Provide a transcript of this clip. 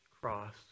cross